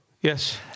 Yes